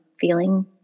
feeling